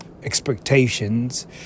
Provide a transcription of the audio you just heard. Expectations